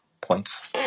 points